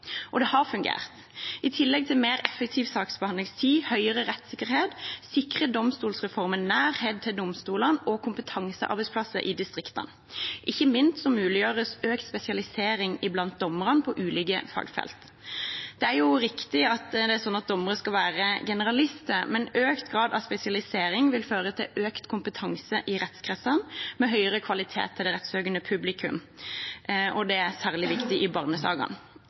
og det har fungert. I tillegg til mer effektiv saksbehandlingstid og høyere rettssikkerhet sikrer domstolsreformen nærhet til domstolene og kompetansearbeidsplasser i distriktene. Ikke minst muliggjøres økt spesialisering blant dommerne på ulike fagfelt. Det er riktig at dommere skal være generalister, men økt grad av spesialisering vil føre til økt kompetanse i rettskretsene, med høyere kvalitet til det rettssøkende publikum. Det er særlig viktig i